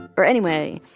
or anyway,